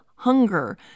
hunger